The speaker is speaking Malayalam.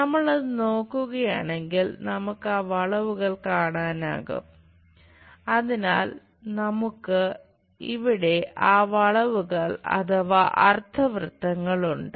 നമ്മൾ അത് നോക്കുകയാണെങ്കിൽ നമുക്ക് ആ വളവുകൾ കാണാനാകും അതിനാൽ നമുക്ക് ഇവിടെ ആ വളവുകൾ അഥവാ അർദ്ധവൃത്തങ്ങളുണ്ട്